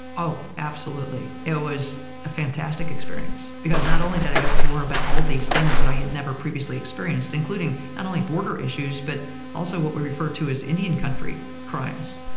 oh, absolutely. it was a fantastic experience. because not only did i get to learn about all these things that i had never previously experienced, including not only border issues, but also what we refer to as indian country crimes.